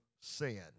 sin